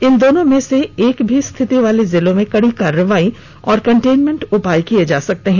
इन दोनों में से एक भी स्थिति वाले जिलों में कड़ी कार्रवाई और कंटेनमेंट उपाय किए जा सकते हैं